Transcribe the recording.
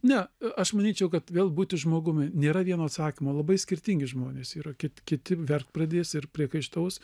ne aš manyčiau kad vėl būti žmogumi nėra vieno atsakymo labai skirtingi žmonės yra kit kiti verkt pradės ir priekaištaus